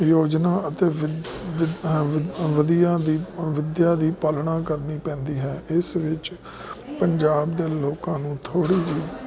ਯੋਜਨਾ ਅਤੇ ਵਿੱਦਿਆ ਦੀ ਪਾਲਣਾ ਕਰਨੀ ਪੈਂਦੀ ਹੈ ਇਸ ਵਿੱਚ ਪੰਜਾਬ ਦੇ ਲੋਕਾਂ ਨੂੰ ਥੋੜੀ ਜਿਹੀ